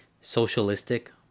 socialistic